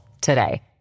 today